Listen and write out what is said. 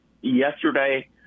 yesterday